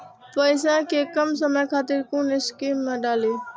पैसा कै कम समय खातिर कुन स्कीम मैं डाली?